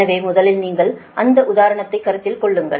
எனவே முதலில் நீங்கள் அந்த உதாரணத்தை கருத்தில் கொள்ளுங்கள்